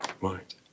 Right